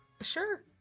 Sure